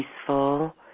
peaceful